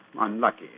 unlucky